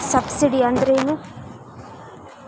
Subsidy ಅಂದ್ರೆ ಏನು?